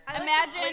Imagine